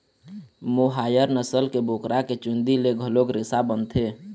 मोहायर नसल के बोकरा के चूंदी ले घलोक रेसा बनथे